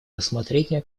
рассмотрение